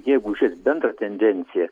jeigu žiūrėt bendrą tendenciją